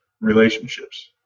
relationships